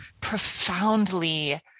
profoundly